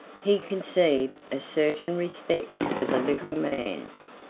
he conceived a certain respect for the little man.